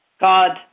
God